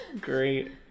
Great